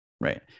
Right